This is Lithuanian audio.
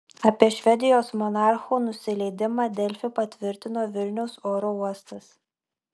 apie švedijos monarchų nusileidimą delfi patvirtino vilniaus oro uostas